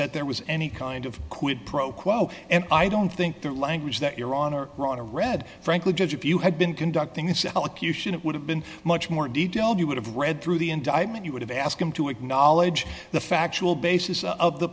that there was any kind of quid pro quo and i don't think that language that you're on our right to read frankly judge if you had been conducting this elocution it would have been much more detailed you would have read through the indictment you would have asked him to acknowledge the factual basis of the